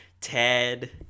Ted